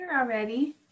already